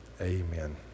Amen